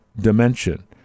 dimension